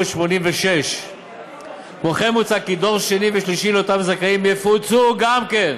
1986. כמו כן מוצע כי דור שני ושלישי לאותם זכאים יפוצו גם כן.